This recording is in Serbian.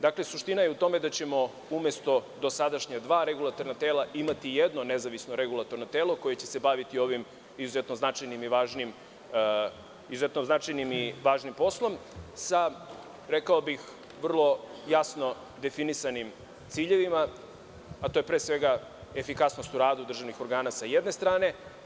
Dakle, suština je u tome da ćemo umesto dosadašnja dva regulatorna tela imati jedno nezavisno regulatorno telo koje će se baviti ovim izuzetno značajnim i važnim poslom, sa vrlo jasno definisanim ciljevima, a to je pre svega efikasnost u radu državnih organa, sa jedne strane.